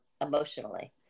emotionally